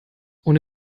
ohne